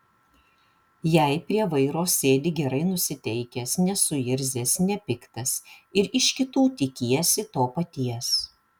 jei prie vairo sėdi gerai nusiteikęs nesuirzęs nepiktas ir iš kitų tikiesi to paties